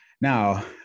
Now